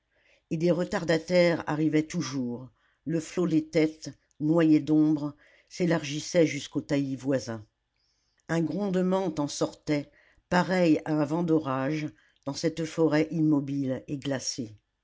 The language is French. et des retardataires arrivaient toujours le flot des têtes noyé d'ombre s'élargissait jusqu'aux taillis voisins un grondement en sortait pareil à un vent d'orage dans cette forêt immobile et glacée